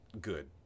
good